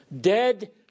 Dead